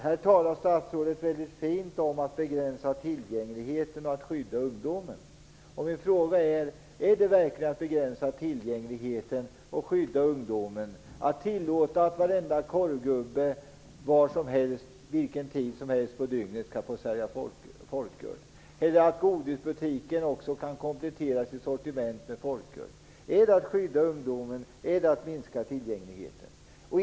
Här talar statsrådet väldigt fint om att begränsa tillgängligheten och att skydda ungdomen. Jag vill då fråga: Är det verkligen att begränsa tillgängligheten och skydda ungdomen att tillåta varenda korvgubbe var som helst, vilken tid som helst på dygnet att sälja folköl, eller att godisbutiken kan komplettera sitt sortiment med folköl? Är detta att skydda ungdomen och minska tillgängligheten?